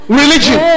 religion